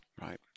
Right